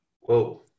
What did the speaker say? Whoa